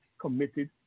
committed